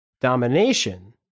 domination